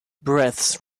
breaths